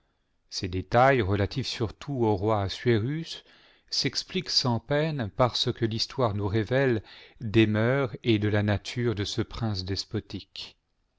ces détails relatifs surtout au roi assuérus s'expliquent sans peine par ce que l'histoire nous révèle des mœurs et de la nature de ce prince despotique